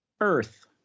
earth